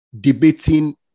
debating